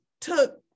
took